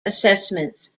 assessments